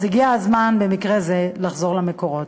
אז הגיע הזמן במקרה זה לחזור למקורות.